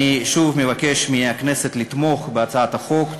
אני שוב מבקש מהכנסת לתמוך בהצעת החוק.